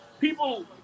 people